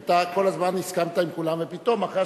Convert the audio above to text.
אתה כל הזמן הסכמת עם כולם ופתאום אחרי